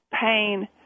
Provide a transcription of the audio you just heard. pain